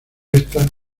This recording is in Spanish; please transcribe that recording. esta